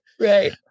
Right